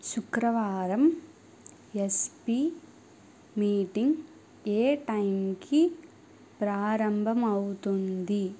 శుక్రవారం SP meeting ఏ టైంకి ప్రారంభమవుతుంది